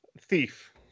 thief